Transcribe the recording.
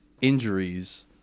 injuries